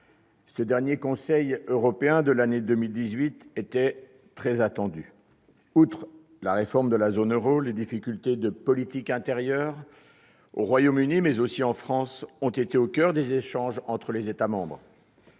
ce dernier Conseil européen de l'année 2018 étaittrès attendu. Outre la réforme de la zone euro, lesdifficultés de politique intérieure, au Royaume-Uni maisaussi en France, ont été au coeur des échanges entre les États membres.